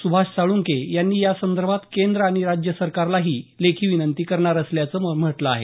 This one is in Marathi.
सुभाष साळंखे यांनी यासंदर्भात केंद्र आणि राज्य सरकारलाही लेखी विनंती करणार असल्याचं म्हटलं आहे